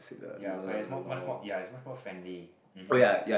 ya correct it's more much more ya it's much more friendly um hmm